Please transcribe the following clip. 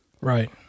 Right